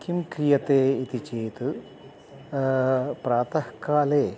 किं क्रियते इति चेत् प्रातःकाले